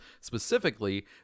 specifically